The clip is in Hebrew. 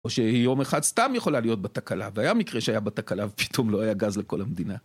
או שיום אחד סתם יכולה להיות בה תקלה, והיה מקרה שהיה בה תקלה ופתאום לא היה גז לכל המדינה.